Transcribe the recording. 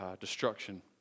destruction